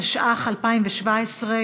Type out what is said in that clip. התשע"ח 2017,